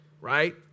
Right